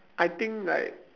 I think like